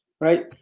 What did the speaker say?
Right